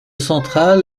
central